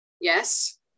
yes